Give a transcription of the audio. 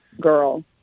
girl